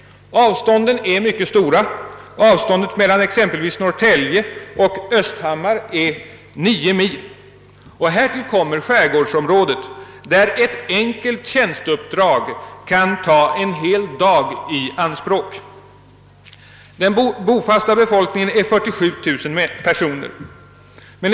Avstånden är mycket stora — mellan exempelvis Norrtälje och Östhammar är det nio mil. Härtill kommer skärgårdsområdet, där ett enkelt tjänsteuppdrag kan ta en hel dag i anspråk. Den bofasta befolkningen är 47 000 personer.